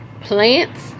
plants